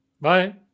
Bye